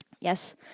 Yes